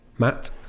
Matt